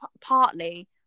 partly